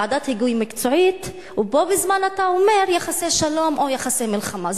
להגיד "ועדת היגוי מקצועית" בו בזמן שאתה אומר יחסי שלום או יחסי מלחמה.